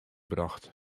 brocht